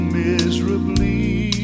miserably